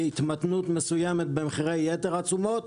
התמתנות מסוימת במחירי יתר התשומות.